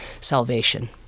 salvation